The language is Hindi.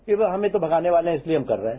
कि भई हमें तो भगाने वाले हैं इसलिए हम कर रहे हैं